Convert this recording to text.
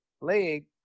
leg